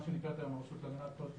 מה שנקראת היום הרשות להגנת הפרטיות,